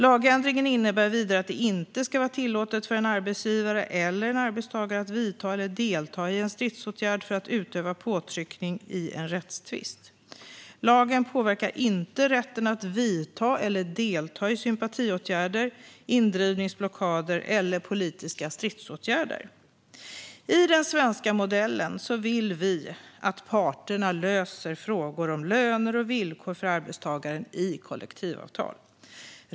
Lagändringen innebär vidare att det inte ska vara tillåtet för en arbetsgivare eller en arbetstagare att vidta eller delta i en stridsåtgärd för att utöva påtryckning i en rättstvist. Lagen påverkar inte rätten att vidta eller delta i sympatiåtgärder, indrivningsblockader eller politiska stridsåtgärder. I den svenska modellen vill vi att parterna löser frågor om löner och villkor för arbetstagaren i kollektivavtal.